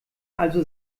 also